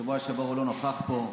בשבוע שעבר הוא לא נכח פה.